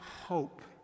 hope